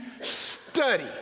study